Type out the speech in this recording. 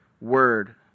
word